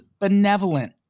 benevolent